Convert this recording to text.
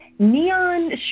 Neon